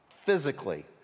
physically